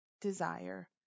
desire